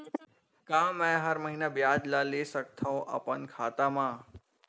का मैं हर महीना ब्याज ला ले सकथव अपन खाता मा?